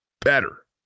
better